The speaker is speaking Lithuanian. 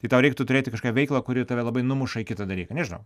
tai tau reiktų turėti kažką veiklą kuri tave labai numuša į kitą dalyką nežinau